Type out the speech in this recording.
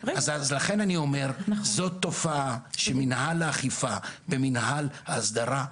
אז לכן אני אומר שזו תופעה שמנהל האכיפה במנהל ההסדרה,